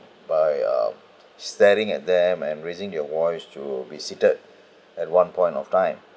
by um staring at them and raising their voice to be seated at one point of time